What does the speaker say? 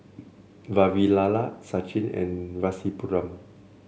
Vavilala Sachin and Rasipuram